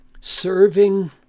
serving